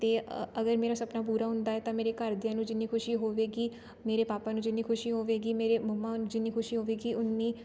ਅਤੇ ਅ ਅਗਰ ਮੇਰਾ ਸਪਨਾ ਪੂਰਾ ਹੁੰਦਾ ਹੈ ਤਾਂ ਮੇਰੇ ਘਰਦਿਆਂ ਨੂੰ ਜਿੰਨੀ ਖੁਸ਼ੀ ਹੋਵੇਗੀ ਮੇਰੇ ਪਾਪਾ ਨੂੰ ਜਿੰਨੀ ਖੁਸ਼ੀ ਹੋਵੇਗੀ ਮੇਰੇ ਮੰਮਾ ਜਿੰਨੀ ਖੁਸ਼ੀ ਹੋਵੇਗੀ ਉੱਨੀ